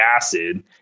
acid